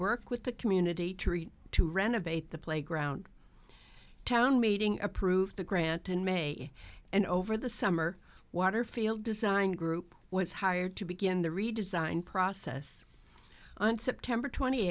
work with the community treat to renovate the playground a town meeting approve the grant in may and over the summer waterfield design group was hired to begin the redesign process on september twenty